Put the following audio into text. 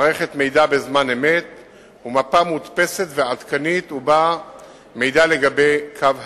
מערכת מידע בזמן אמת ומפה מודפסת ועדכנית ובה מידע לגבי קו השירות.